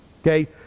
Okay